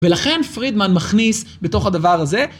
ולכן פרידמן מכניס בתוך הדבר הזה